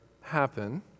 happen